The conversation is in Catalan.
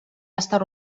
estar